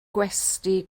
gwesty